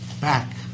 back